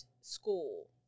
school